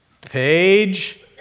Page